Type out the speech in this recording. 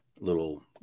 little